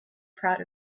proud